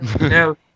No